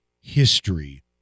history